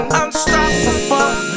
unstoppable